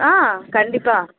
ஆ கண்டிப்பாக